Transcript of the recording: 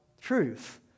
truth